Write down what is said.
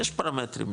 יש פרמטרים,